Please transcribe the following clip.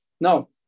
No